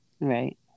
right